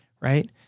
right